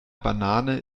banane